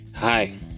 Hi